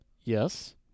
Yes